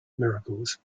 miracles